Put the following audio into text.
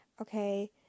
okay